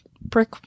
brick